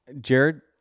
Jared